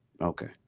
Okay